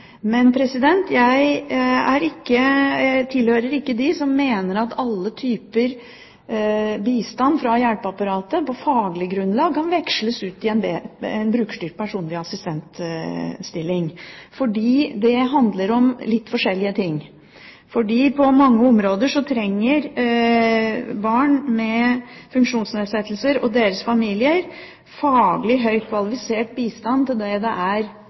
Men jeg tilhører ikke dem som mener at alle typer bistand fra hjelpeapparatet på faglig grunnlag kan byttes ut med en brukerstyrt personlig assistentstilling, fordi det handler om litt forskjellige ting. På mange områder trenger barn med funksjonsnedsettelser og deres familier faglig høyt kvalifisert bistand på de områdene der det er